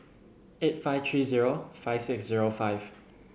eight five three zero five six zero five